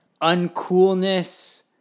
uncoolness